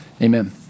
amen